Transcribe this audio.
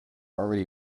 already